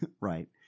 Right